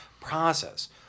process